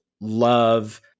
love